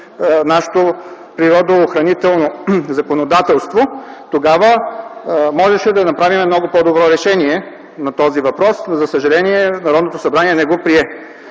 нашето природоохранително законодателство, тогава можехме да направим много по-добро решение на този въпрос. За съжаление, Народното събрание не го прие.